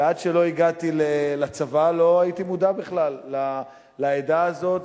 ועד שלא הגעתי לצבא לא הייתי מודע בכלל לעדה הזאת,